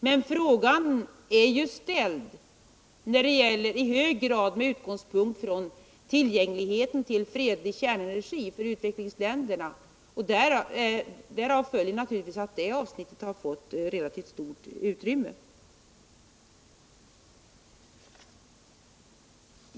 Men frågan är ju ställd i hög grad med utgångspunkt i tillgängligheten till fredlig kärnenergi för utvecklingsländerna, och därav följer naturligtvis att det avsnittet har fått relativt stort utrymme.